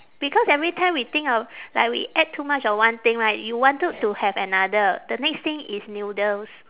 because every time we think of like we ate too much of one thing right you wanted to have another the next thing is noodles